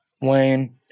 Wayne